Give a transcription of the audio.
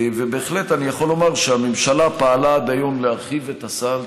בהחלט אני יכול לומר שהממשלה פעלה עד היום להרחיב את הסל,